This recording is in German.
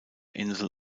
insel